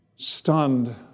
Stunned